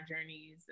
journeys